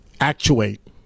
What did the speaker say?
actuate